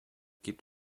gibt